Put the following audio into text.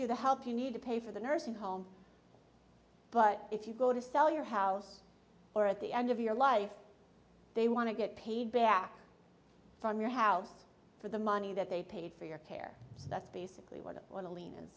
you the help you need to pay for the nursing home but if you go to sell your house or at the end of your life they want to get paid back from your house for the money that they paid for your care so that's basically what they want to le